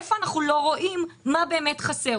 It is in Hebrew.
איפה אנחנו לא רואים מה באמת חסר,